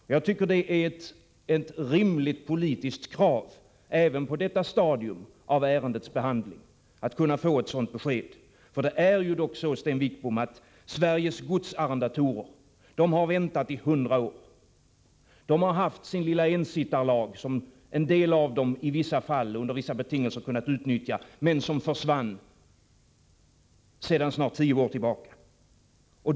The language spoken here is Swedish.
Jag tycker det är ett rimligt politiskt krav även på detta stadium av ärendets behandling att kunna få ett sådant besked. Det är ändock så, Sten Wickbom, att Sveriges godsarrendatorer har väntat i hundra år. Förut har de haft sin ensittarlag som en del av dem under vissa betingelser kunnat utnyttja, men den försvann för snart tio år sedan.